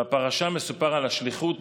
בפרשה מסופר על השליחות